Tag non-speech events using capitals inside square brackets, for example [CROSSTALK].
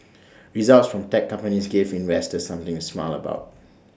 [NOISE] results from tech companies gave investors something to smile about